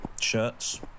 shirts